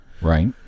Right